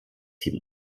team